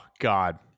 god